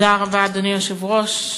תודה רבה, אדוני היושב-ראש,